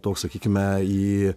toks sakykime į